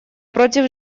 против